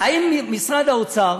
האם משרד האוצר